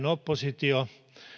oppositio